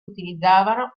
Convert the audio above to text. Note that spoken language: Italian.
utilizzavano